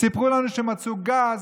סיפרו לנו שמצאו גז